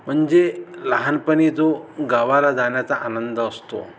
म्हणजे लहानपणी जो गावाला जाण्याचा आनंद असतो